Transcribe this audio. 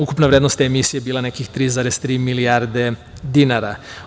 Ukupna vrednost te emisije je bila nekih 3,3 milijarde dinara.